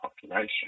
population